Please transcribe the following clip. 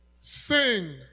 Sing